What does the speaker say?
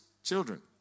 Children